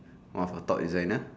one of the top designer